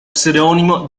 pseudonimo